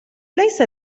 ليس